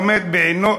עומד בעינו,